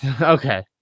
Okay